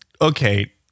okay